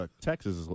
Texas